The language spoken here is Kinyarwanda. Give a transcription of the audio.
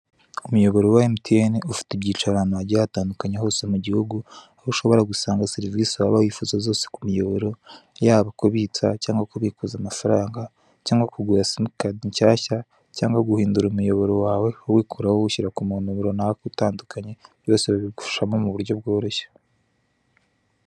Umuyoboro wa Emutiyene, ufite ibyicaro ahantu hagiye hatandukanye hose mu gihugu, aho ushobora gusanga serivise waba wifuza zose ku muyoboro, yaba kubitsa cyangwa kubikuza amafaranga, cyangwa kugura simukadi nshyashya, cyangwa guhindura umuyoboro wawe uwikuraho uwushyira ku muntu runaka utandukanye, byose babigufashamo mu buryo bworoshye.